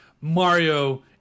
Mario